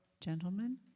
Gentlemen